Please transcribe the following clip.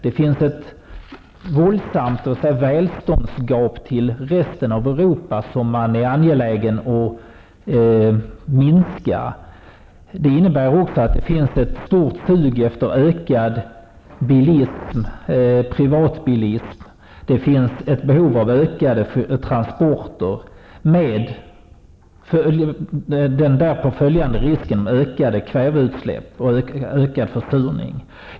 Det finns ett våldsamt välståndsgap till resten av Europa som man är angelägen att minska. Det innebär också att det finns ett stort sug efter ökad bilism, privatbilism. Det finns ett behov av ökade transporter, med den därpå följande risken för ökade kväveoxidutsläpp och ökad försurning.